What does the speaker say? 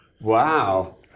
Wow